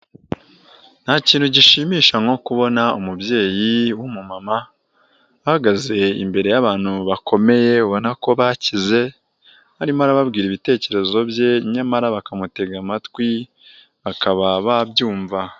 Nta kintu gishimisha nko kubona umubyeyi w'umumama, ahagaze imbere y'abantu bakomeye ubona ko bakize, arimo arababwira ibitekerezo bye nyamara bakamutega amatwi, bakaba babyumva.